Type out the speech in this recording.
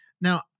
Now